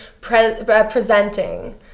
presenting